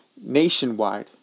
nationwide